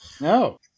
No